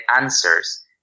answers